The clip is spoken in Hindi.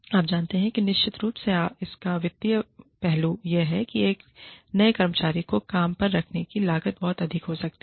आप जानते हैं निश्चित रूप से इसका वित्तीय पहलू यह है कि एक नए कर्मचारी को काम पर रखने की लागत बहुत अधिक हो सकती है